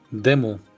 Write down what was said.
Demo